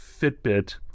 Fitbit